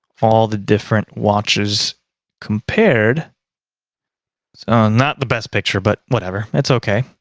all the different watches compared not the best picture but whatever it's okay